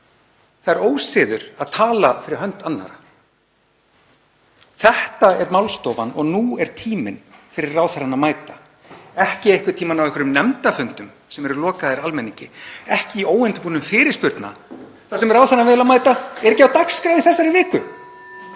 Það er ósiður að tala fyrir hönd annarra. Þetta er málstofan og nú er tíminn fyrir ráðherrann að mæta, ekki einhvern tíma á nefndafundum sem eru lokaðir almenningi, ekki í óundirbúnum fyrirspurnum þar sem ráðherrann er vel að merkja ekki á dagskrá í þessari viku.